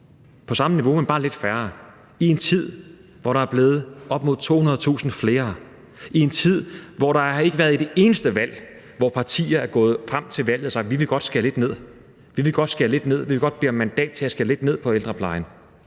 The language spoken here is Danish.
på samme niveau, men der er bare lidt færre, i en tid, hvor der er blevet op mod 200.000 flere, i en tid, hvor der ikke har været et eneste valg, hvor partier er gået frem op til valget og har sagt: Vi vil godt bede om mandat til at skære lidt ned på ældreplejen.